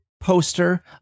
poster